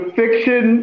fiction